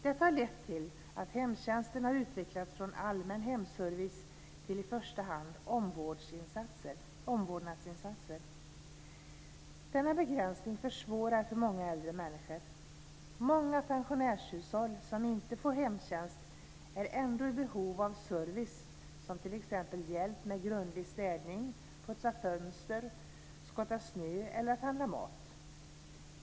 Detta har lett till att hemtjänsten har utvecklats från allmän hemservice till i första hand omvårdnadsinsatser. Denna begränsning försvårar för många äldre människor. Många pensionärshushåll som inte får hemtjänst är ändå i behov av service som hjälp med grundlig städning, att putsa fönster, skotta snö eller handla mat.